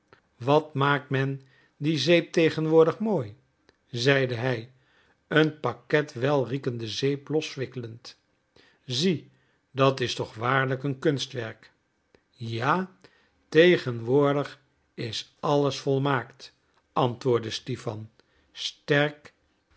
wat maakt men die zeep tegenwoordig toch mooi zeide hij een pakket welriekende zeep loswikkelend zie dat is toch waarlijk een kunstwerk ja tegenwoordig is alles volmaakt antwoordde stipan sterk